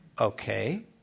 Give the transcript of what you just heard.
okay